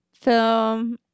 film